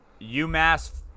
UMass